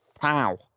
Pow